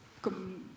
comme